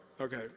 okay